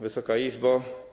Wysoka Izbo!